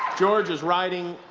george is riding,